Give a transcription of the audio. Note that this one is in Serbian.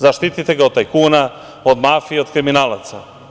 Zaštitite ga od tajkuna, od mafije, od kriminalaca.